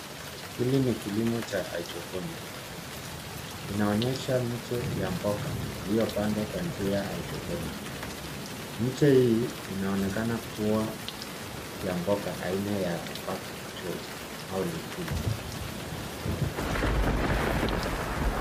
Hili ni kilimo cha hydroponic inaonyesha miche ya mboga iliyopandwa kwa njia ya hydroponic miche hii inaonekana kuwa ya mboga aina ya bok choy au letusi.